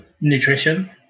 nutrition